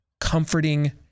comforting